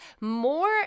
More